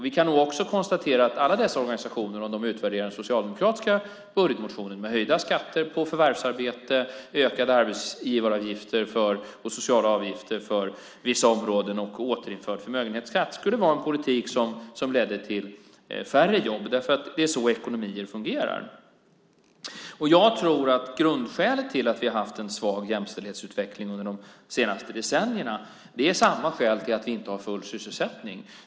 Vi kan också konstatera att om alla dessa organisationer skulle utvärdera den socialdemokratiska budgetmotionen - med höjda skatter på förvärvsarbete, ökade arbetsgivaravgifter och sociala avgifter för vissa områden och återinförd förmögenhetsskatt - skulle det vara en politik som ledde till färre jobb, därför att det är så ekonomier fungerar. Jag tror att grundskälet till att vi har haft en svag jämställdhetsutveckling under de senaste decennierna är samma skäl som till att vi inte har full sysselsättning.